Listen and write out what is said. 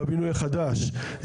בבינוי החדש,